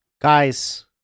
Guys